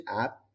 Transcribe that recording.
app